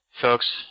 folks